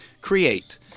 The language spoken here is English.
create